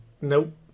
Nope